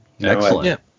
Excellent